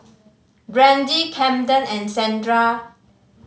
Brandi Kamden and Sandra